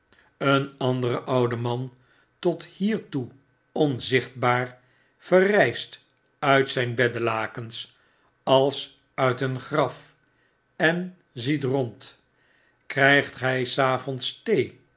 een andere oude man tot hiertoe onzichtbaar verrijst uit zyn beddelakens als uit een graf en ziet rond krygt gy s avonds